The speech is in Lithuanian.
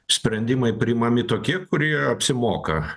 sprendimai priimami tokie kurie apsimoka